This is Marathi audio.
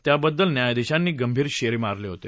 त्याच्याबद्दल न्यायाधीशांनी गंभीर शेरे मारले होते